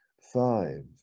five